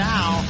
Now